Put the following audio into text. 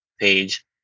page